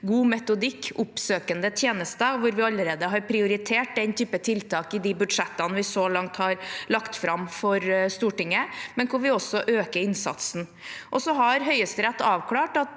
god metodikk og oppsøkende tjenester, hvor vi allerede har prioritert den type tiltak i de budsjettene vi så langt har lagt fram for Stortinget, men hvor vi også øker innsatsen. Høyesterett har avklart at